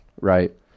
Right